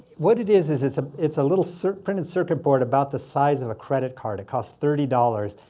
what it is is it's ah it's a little cert-printed circuit board about the size of a credit card. it costs thirty dollars.